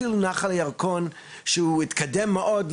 אפילו נחל הירקון שהוא מתקדם מאוד,